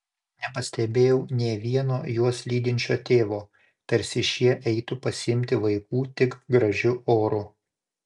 nepastebėjau nė vieno juos lydinčio tėvo tarsi šie eitų pasiimti vaikų tik gražiu oru